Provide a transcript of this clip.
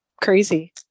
crazy